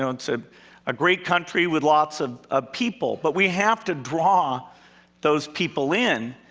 it's ah a great country with lots of ah people. but we have to draw those people in,